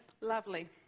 lovely